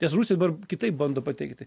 nes rusija dabar kitaip bando pateikti